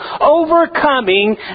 overcoming